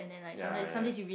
ya ya ya